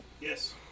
Yes